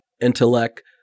intellect